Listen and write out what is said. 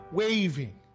waving